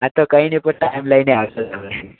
હા તો કંઈ નહિ પણ ટાઈમ લઈને આવજો હવે